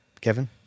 Kevin